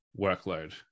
workload